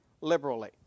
liberally